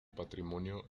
patrimonio